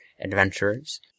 adventurers